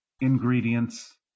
ingredients